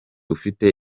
ufite